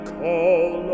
call